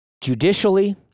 judicially